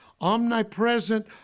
omnipresent